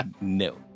No